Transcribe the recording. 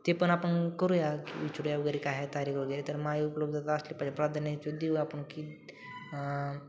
ते पण आपण करूया विचारूया वगैरे काय आहे तारीख वगैरे तर माझी उपलब्धता असली पाहिजे प्राधान्य च देऊ आपण की